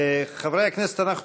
חבר הכנסת ניסן סלומינסקי.